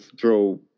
throw